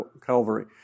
Calvary